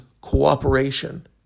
cooperation